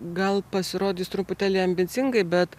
gal pasirodys truputėlį ambicingai bet